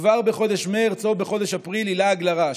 כבר בחודש מרץ או בחודש אפריל היא לעג לרש.